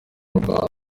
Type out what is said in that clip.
rwanda